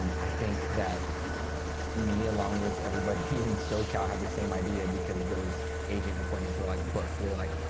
i think that me along with everybody in socal had the same idea, because those agent appointments were like booked. they were like,